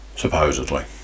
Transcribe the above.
Supposedly